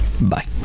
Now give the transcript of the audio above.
Bye